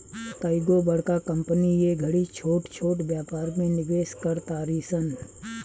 कइगो बड़का कंपनी ए घड़ी छोट छोट व्यापार में निवेश कर तारी सन